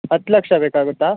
ಹತ್ತು ಲಕ್ಷ ಬೇಕಾಗುತ್ತಾ